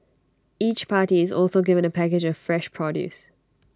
each party is also given A package of fresh produce